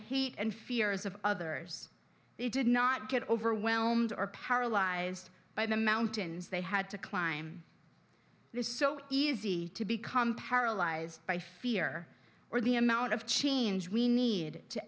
heat and fears of others they did not get overwhelmed or paralyzed by the mountains they had to climb it is so easy to become paralyzed by fear or the amount of change we need to